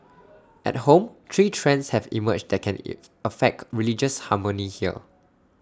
at home three trends have emerged that can if affect religious harmony here